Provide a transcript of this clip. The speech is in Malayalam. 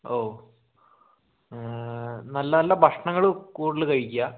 ഓ ഓ നല്ല നല്ല ഭക്ഷണങ്ങള് കൂടുതല് കഴിക്കുക